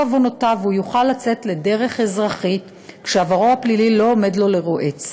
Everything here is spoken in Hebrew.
עוונותיו והוא יוכל לצאת לדרכו האזרחית כשעברו הפלילי לא עומד לו לרועץ.